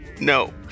No